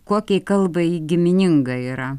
kokiai kalbai gimininga yra